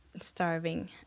starving